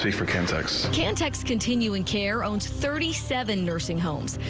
for context can text continuing care owns thirty seven nursing homes,